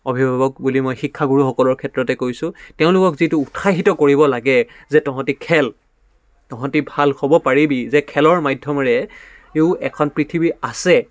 অভিভাৱক বুলি মই শিক্ষাগুৰুসকলৰ ক্ষেত্ৰতে কৈছোঁ তেওঁলোকক যিটো উৎসাহিত কৰিব লাগে যে তহঁতি খেল তহঁতি ভাল হ'ব পাৰিবি যে খেলৰ মাধ্যমেৰেও এখন পৃথিৱী আছে